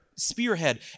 spearhead